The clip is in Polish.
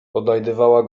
odnajdywała